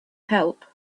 help